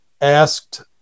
asked